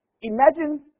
Imagine